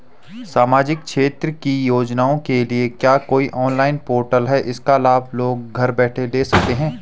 सामाजिक क्षेत्र की योजनाओं के लिए क्या कोई ऑनलाइन पोर्टल है इसका लाभ लोग घर बैठे ले सकते हैं?